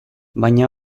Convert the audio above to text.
baina